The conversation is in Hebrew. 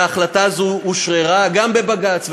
וההחלטה הזו אושררה גם בבג"ץ.